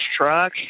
truck